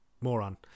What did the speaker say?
Moron